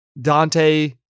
Dante